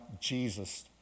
Jesus